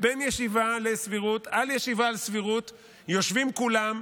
בין ישיבה על סבירות לישיבה על סבירות יושבים כולם,